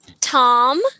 Tom